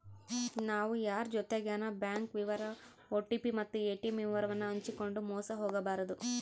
ನಾವು ಯಾರ್ ಜೊತಿಗೆನ ಬ್ಯಾಂಕ್ ವಿವರ ಓ.ಟಿ.ಪಿ ಮತ್ತು ಏ.ಟಿ.ಮ್ ವಿವರವನ್ನು ಹಂಚಿಕಂಡು ಮೋಸ ಹೋಗಬಾರದು